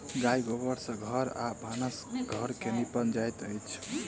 गाय गोबर सँ घर आ भानस घर के निपल जाइत अछि